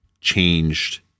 changed